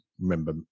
remember